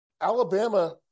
Alabama